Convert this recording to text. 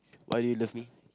why do you love me